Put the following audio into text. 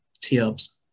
tips